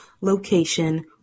location